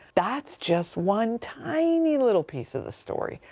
that's just one tiny little piece of the story.